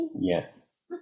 Yes